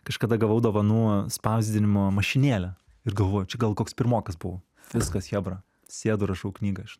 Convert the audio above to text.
kažkada gavau dovanų spausdinimo mašinėlę ir galvoju čia gal koks pirmokas buvau viskas chebra sėdu rašau knygą